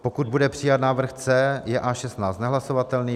pokud bude přijat návrh C, je A16 nehlasovatelný